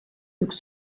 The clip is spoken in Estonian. üks